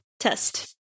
test